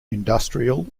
industrial